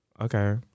okay